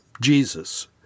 Jesus